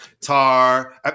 Tar